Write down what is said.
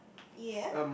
ya